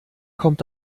kommt